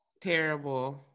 Terrible